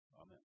Amen